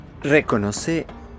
¿Reconoce